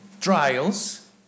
trials